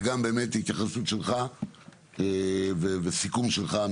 וגם התייחסות שלך וסיכום שלך,